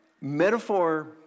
metaphor